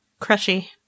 Crushy